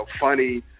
funny